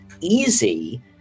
easy